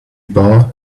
bar